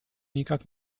никак